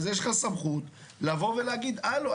אז יש לך סמכות לבוא ולהגיד: הלו,